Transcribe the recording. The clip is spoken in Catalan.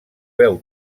veu